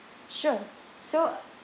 sure so